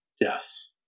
Yes